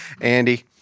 Andy